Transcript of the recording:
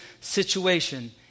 situation